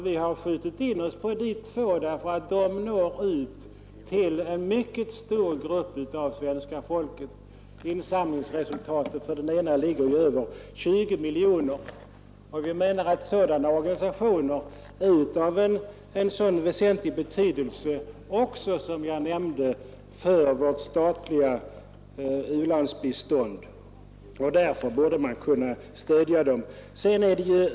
Vi har skjutit in oss på dessa två organisationer därför att de når ut till en mycket stor grupp av svenska folket — insamlingsresultatet för den ena organisationen ligger ju avsevärt över 20 miljoner kronor — och vi menar att sådana organisationer är av väsentlig betydelse också för, som jag nämnde, vårt statliga u-landsbistånd. Därför borde man kunna stödja dem med tjänstebrevsrätt.